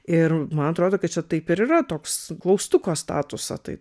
ir man atrodo kad čia taip ir yra toks klaustuko statusą tai